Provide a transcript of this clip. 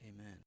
amen